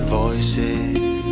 voices